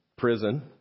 prison